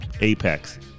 apex